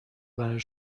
برای